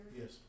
Yes